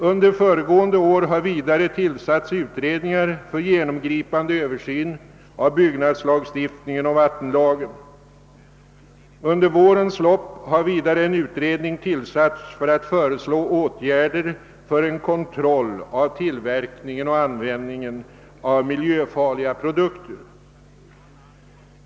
Under föregående år har vidare tillsatts utredningar för genomgripande översyn av byggnadslagstiftningen och vattenlagen. Under vårens lopp har vidare en utredning tillsatts med syfte att föreslå åtgärder för en kontroll av tillverkningen och användningen av miljöfarliga produkter.